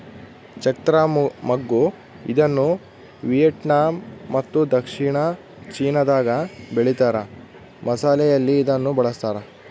ಚಕ್ತ್ರ ಮಗ್ಗು ಇದನ್ನುವಿಯೆಟ್ನಾಮ್ ಮತ್ತು ದಕ್ಷಿಣ ಚೀನಾದಾಗ ಬೆಳೀತಾರ ಮಸಾಲೆಯಲ್ಲಿ ಇದನ್ನು ಬಳಸ್ತಾರ